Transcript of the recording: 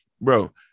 bro